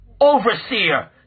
overseer